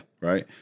Right